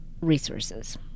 resources